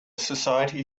society